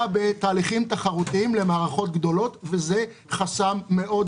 בתהליכים תחרותיים למערכות גדולות וזה חסם משמעותי מאוד,